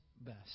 best